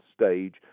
stage